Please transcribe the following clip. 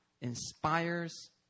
inspires